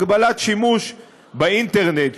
הגבלת שימוש באינטרנט,